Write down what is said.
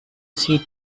sie